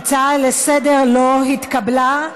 ההצעה לסדר-היום לא התקבלה.